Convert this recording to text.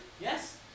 Yes